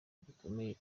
gikomeye